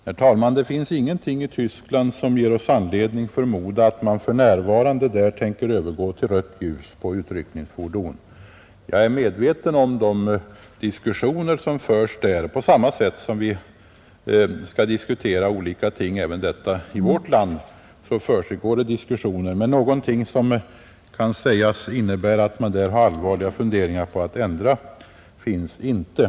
Herr talman! Det finns ingenting som ger oss anledning förmoda att man för närvarande i Västtyskland tänker övergå till rött ljus på utryckningsfordon. Jag är medveten om de diskussioner som förs där, på samma sätt som vi diskuterar detta även i vårt land. Men någonting som kan sägas innebära att man i Västtyskland har allvarliga funderingar på att ändra det blå ljuset till rött finns inte.